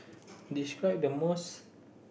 describe the most